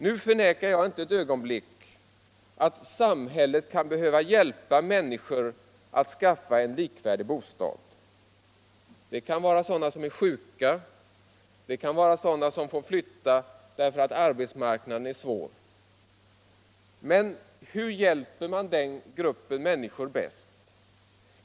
Nu förnekar jag inte ögonblick att samhället kan behöva hjälpa människor att skaffa en ny likvärdig bostad. Det kan gälla sådana som är sjuka eller sådana som får flytta därför att arbetsmarknaden är svår. Men hur hjälper man den gruppen människor bäst?